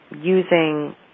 using